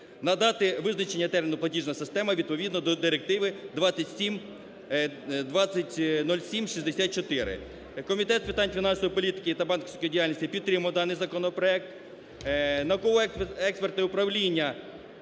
Надати визначення терміну "платіжна система" відповідно до Директиви 2007/64. Комітет з питань фінансової політики та банківської діяльності підтримує даний законопроект. Науково-експертне управління